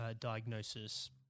diagnosis